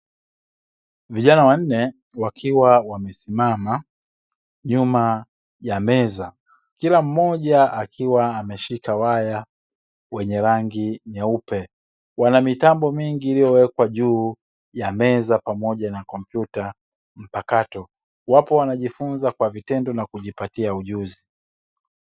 Vijana wanne wakiwa wamesimama nyuma ya meza, kila mmoja akiwa ameshika waya wenye rangi nyeupe. Wana mitambo mingi iliyowekwa juu ya meza pamoja na kompyuta mpakato, wapo wanajifunza kwa vitendo na kujipatia ujuzi.